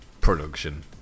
production